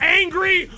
angry